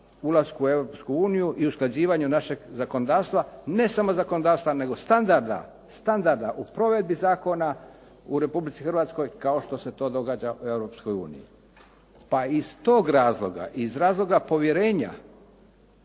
Europsku uniju i usklađivanju našeg zakonodavstva, ne samo zakonodavstva nego standarda u provedbi zakona u Republici Hrvatskoj, kao što se to događa u Europskoj uniji. Pa iz tog razloga, iz razloga povjerenja